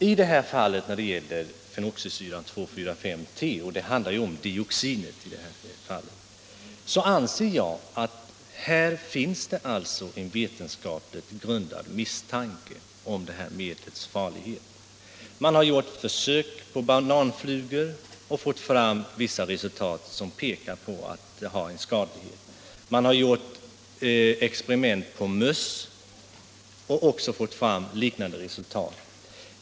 I detta fall, som gäller fenoxisyran 2,4,5-T, som innehåller dioxin, anser jag att det finns en vetenskapligt grundad misstanke om medlets farlighet. Man har gjort försök på bananflugor och fått fram vissa resultat, som pekar på att medlet har en skadlig effekt. Man har gjort experiment på möss och fått fram liknande resultat.